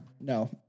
no